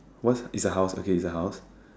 what's is a house okay is a house